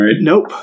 Nope